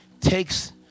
Takes